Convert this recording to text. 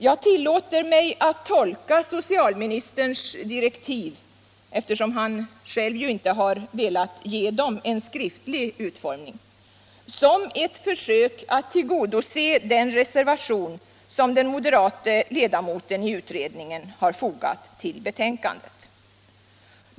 Jag tillåter mig tolka socialministerns direktiv, eftersom han själv ju intc velat ge dem en skriftlig utformning, som ctt försök att tillgodose den reservation som den moderata ledamoten i utredningen har fogat till betänkandet.